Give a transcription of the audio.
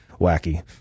wacky